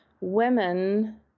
women